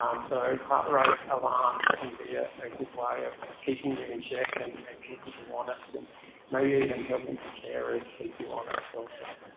so heart rate alarms can be a good way of keeping you in check and and keeping you honest and maybe even helping your carers keep you honest also. so